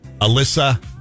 Alyssa